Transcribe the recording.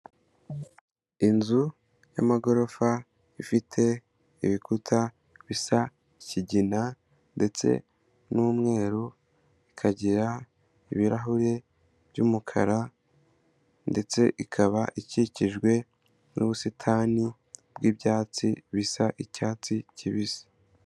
Inzu y'amagorofa ifite ibikuta bisa ikigina ndetse n'umweru, ikagira ibirahuri by'umukara ndetse ikaba ikikijwe n'ubusitani bw'ibyatsi bisa icyatsi kibisi.